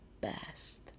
best